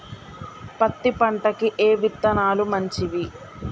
పత్తి పంటకి ఏ విత్తనాలు మంచివి?